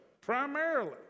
primarily